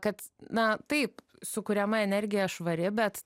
kad na taip sukuriama energija švari bet